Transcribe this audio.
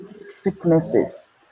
sicknesses